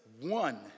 one